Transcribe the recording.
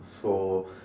for